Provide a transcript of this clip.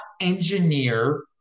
engineer